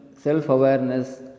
self-awareness